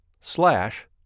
slash